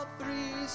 three